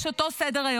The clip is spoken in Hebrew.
יש אותו סדר-יום,